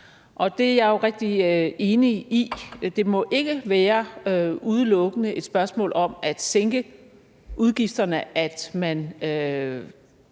Det er jeg jo rigtig enig i. Det må ikke udelukkende være et spørgsmål om at sænke udgifterne, at man